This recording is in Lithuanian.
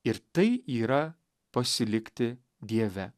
ir tai yra pasilikti dieve